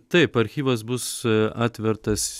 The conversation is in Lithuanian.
taip archyvas bus atvertas